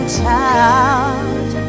child